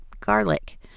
garlic